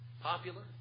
popular